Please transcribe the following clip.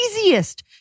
easiest